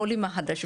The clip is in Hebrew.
העולים החדשים,